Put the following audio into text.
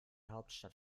hauptstadt